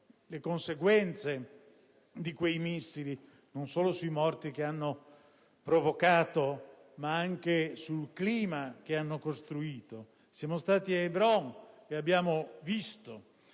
le conseguenze dei missili, non solo sui morti che hanno provocato, ma anche sul clima che hanno costruito; siamo stati a Hebron e abbiamo sentito,